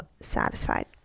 satisfied